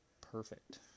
perfect